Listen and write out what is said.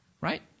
right